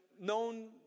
known